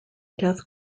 death